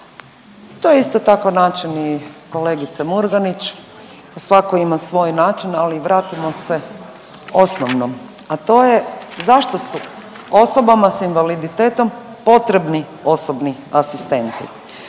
To je isto tako način i kolegice Murganić. Svatko ima svoj način, ali vratimo se osnovnom, a to je zašto su osobama s invaliditetom potrebni osobni asistenti.